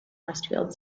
westfield